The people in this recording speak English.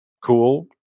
cool